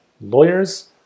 lawyers